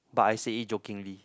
but I said it jokingly